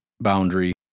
boundary